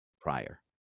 prior